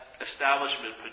establishment